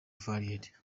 varied